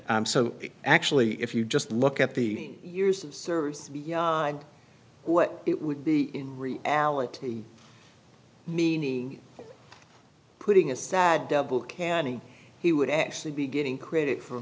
that so actually if you just look at the years of service and what it would be in reality meaning putting a sad double cannie he would actually be getting credit for